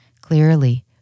Clearly